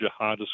jihadist